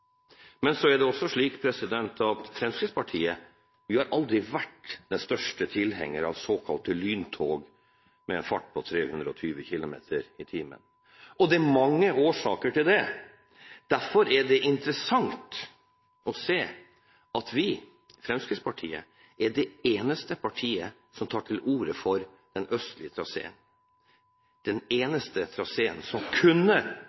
Men så er det også slik at Fremskrittspartiet aldri har vært den største tilhengeren av såkalte lyntog med en fart på 320 km/t, og det er mange årsaker til det. Derfor er det interessant å se at Fremskrittspartiet er det eneste partiet som tar til orde for den østlige traseen – den eneste traseen som kunne